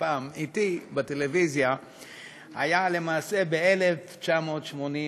פעם אתי בטלוויזיה היה למעשה ב-1989.